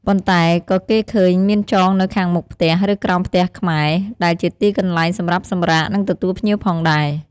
ប៉ុន្តែក៏គេឃើញមានចងនៅខាងមុខផ្ទះ ឬក្រោមផ្ទះខ្មែរ ដែលជាទីកន្លែងសម្រាប់សម្រាក និងទទួលភ្ញៀវផងដែរ។